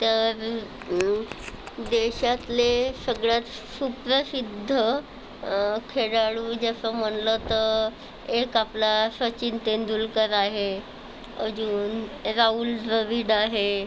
तर देशातले सगळ्यात सुप्रसिद्ध खेळाडू जसं म्हटलं तर एक आपला सचिन तेंडुलकर आहे अजून राहुल द्रविड आहे